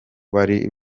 bari